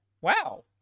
Wow